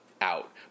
out